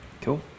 Cool